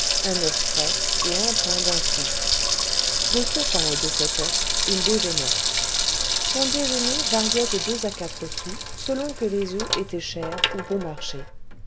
un oeuf frais et un pain d'un sou de ce pain et de cet oeuf il déjeunait son déjeuner variait de deux à quatre sous selon que les oeufs étaient chers ou bon marché